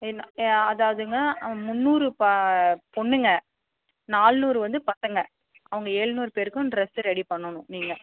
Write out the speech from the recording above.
என்ன ஆ அதாவதுங்க முந்நூறு பா பொண்ணுங்கள் நால்நூறு வந்து பசங்கள் அவங்க ஏழ்நூறு பேருக்கும் ட்ரெஸ் ரெடி பண்ணணும் நீங்கள்